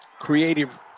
creative